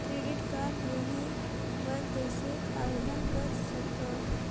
Credit card लेहे बर कइसे आवेदन कर सकथव?